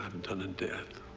have and done in death.